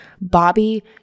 Bobby